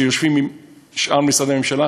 שיושבים עם שאר משרדי הממשלה.